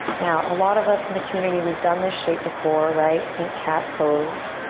now a lot of us in the community, we've done this shape before, right? think cat pose.